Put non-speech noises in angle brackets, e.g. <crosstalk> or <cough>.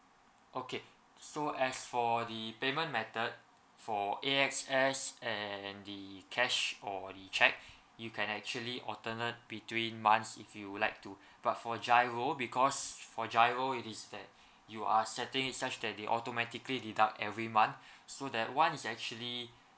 okay so as for the payment method for A X S and the cash or the cheque you can actually alternate between months if you would like to but for GIRO because for GIRO it is that you are setting it such that they automatically deduct every month <breath> so that one is actually